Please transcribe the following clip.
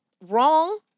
wrong